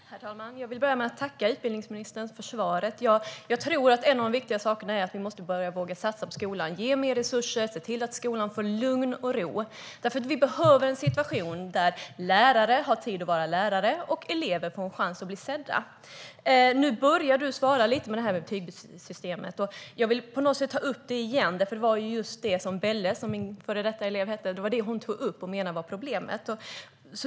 Herr talman! Jag vill börja med att tacka utbildningsministern för svaret. Jag tror att en av de viktiga sakerna är att vi måste börja våga satsa på skolan, ge mer resurser, se till att skolan får lugn och ro. Vi behöver en situation där lärare har tid att vara lärare och elever får en chans att bli sedda. Du började svara lite om betygssystemet. Jag vill ta upp det igen. Det var just det som Belle, som min före detta elev hette, tog upp och menade var problemet.